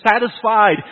satisfied